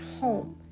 home